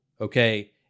okay